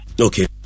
Okay